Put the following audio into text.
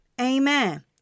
Amen